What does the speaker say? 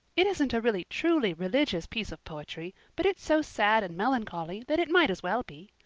it isn't a really truly religious piece of poetry, but it's so sad and melancholy that it might as well be.